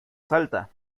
salta